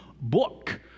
book